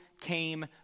came